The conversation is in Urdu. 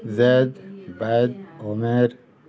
زید بید عمیر